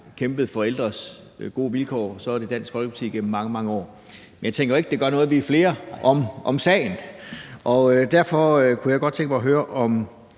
kæmpet for ældres gode vilkår, så er det Dansk Folkeparti igennem mange, mange år. Men jeg tænker jo ikke, det gør noget, at vi er flere om sagen. Derfor kunne jeg godt tænke mig at høre, om